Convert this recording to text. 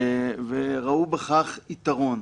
וראו בכך יתרון.